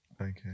Okay